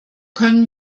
können